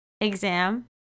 exam